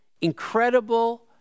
incredible